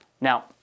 Now